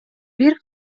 бир